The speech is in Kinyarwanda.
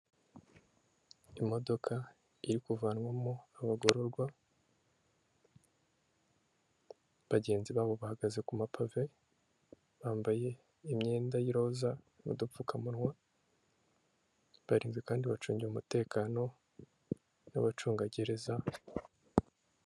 Imodoka iri kuvanwamo abagororwa, bagenzi babo bahagaze ku mapave, bambaye imyenda y'iroza n'udupfukamunwa, barinzwe kandi bacungiwe umutekano n'abacungagereza...